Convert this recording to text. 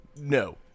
No